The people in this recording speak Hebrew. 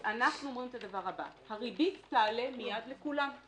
אז אנחנו אומרים את הדבר הבא: הריבית תעלה מייד לכולם.